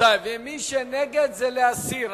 מי שנגד, זה להסיר.